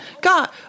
God